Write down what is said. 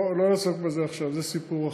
לא נעסוק בזה עכשיו, זה סיפור אחר.